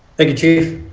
thank you chief.